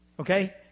Okay